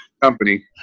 company